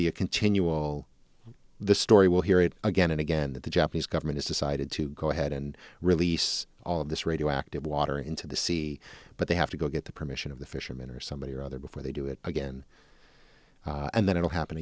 be a continual this story will hear it again and again that the japanese government has decided to go ahead and release all of this radioactive water into the sea but they have to go get the permission of the fishermen or somebody or other before they do it again and then it will happen